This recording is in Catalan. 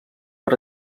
per